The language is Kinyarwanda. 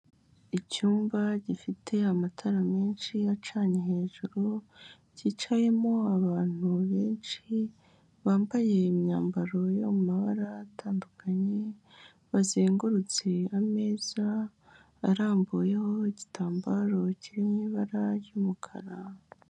Icyumba gifite amatara menshi acanye hejuru, cyicayemo abantu benshi, bambaye imyambaro irimo amabara atandukanye, bazengurutse ameza arambuyeho igitambaro kiririmo ibara ry'umukara.